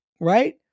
right